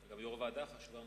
גם יושב-ראש ועדה חשובה מאוד.